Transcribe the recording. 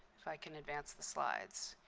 if i can advance the slides.